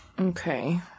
Okay